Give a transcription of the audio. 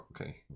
Okay